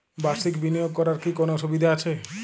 বাষির্ক বিনিয়োগ করার কি কোনো সুবিধা আছে?